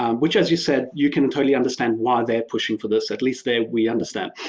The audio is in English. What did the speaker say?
um which as you said, you can totally understand why they're pushing for this, at least there we understand.